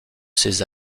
ses